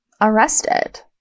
arrested